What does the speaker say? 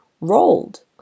Rolled